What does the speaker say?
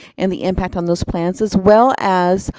and the impact on those plans. as well as,